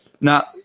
Now